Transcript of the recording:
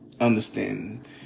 understand